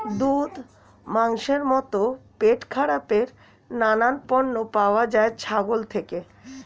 দুধ, মাংসের মতো পেটখারাপের নানান পণ্য পাওয়া যায় ছাগল থেকে